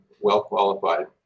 well-qualified